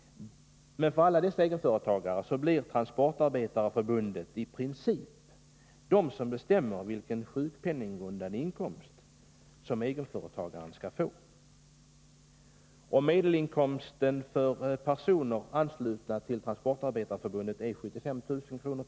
Men för alla dessa egenföretagare blir det Transportarbetareförbundet som i princip bestämmer vilken sjukpenninggrundande inkomst som egenföretagaren skall få. Om medelinkomsten för personer anslutna till Transportarbetareförbundet är 75 000 kr.